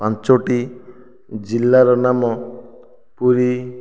ପାଞ୍ଚୋଟି ଜିଲ୍ଲାର ନାମ ପୁରୀ